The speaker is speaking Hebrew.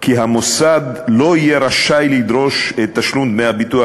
כי המוסד לא יהיה רשאי לדרוש את תשלום דמי הביטוח